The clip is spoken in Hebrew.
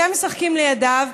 אתם משחקים לידיו.